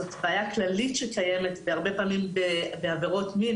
זו בעיה כללית שקיימת בהרבה פעמים בעבירות מין,